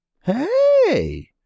Hey